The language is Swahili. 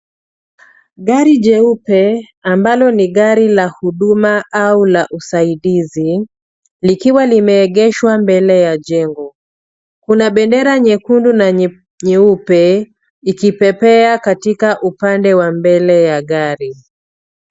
Gari jeupe ambalo ni gari la huduma au la usaidizi, likiwa limeegeshwa mbele ya jengo. Kuna bendera nyekundu na nyeupe likipepea katika upande wa mbele ya gari.